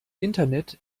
internet